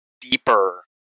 deeper